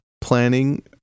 planning